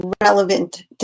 relevant